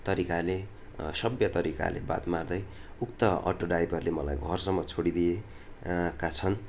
तरिकाले सभ्य तरिकाले बात मार्दै उक्त अटो ड्राइभरले मलाई घरसम्म छोडिदिए का छन्